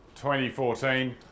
2014